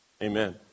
Amen